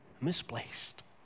misplaced